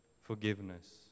forgiveness